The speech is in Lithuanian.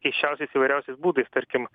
keisčiausiais įvairiausiais būdais tarkim